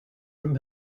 room